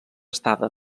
estada